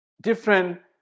different